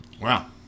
Wow